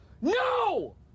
no